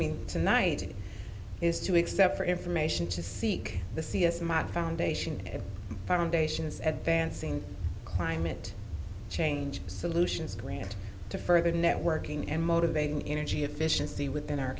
me tonight is to except for information to seek the c s my foundation and foundation is at dancing climate change solutions grant to further networking and motivating energy efficiency within our